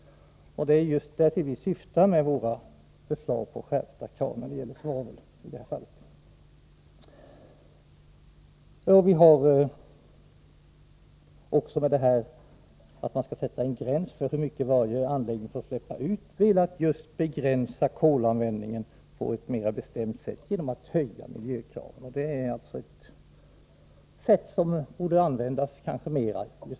Det är detta vi syftar till med våra förslag till skärpta krav när det gäller svavel i det här fallet. Vi vill också sätta en gräns för hur mycket varje anläggning får släppa ut. Vi har velat begränsa kolanvändningen på ett mera bestämt sätt genom att höja miljökravet. Det är ett sätt som kanske borde användas mera.